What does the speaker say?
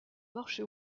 marché